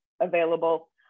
available